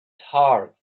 heart